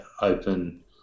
open